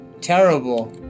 Terrible